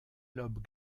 lobes